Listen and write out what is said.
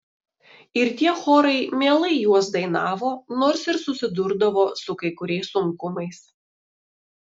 ir tie chorai mielai juos dainavo nors ir susidurdavo su kai kuriais sunkumais